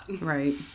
Right